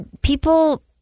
people